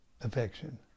affection